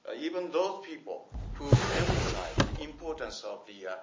ah even those people who emphasize the importance of the